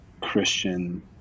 Christian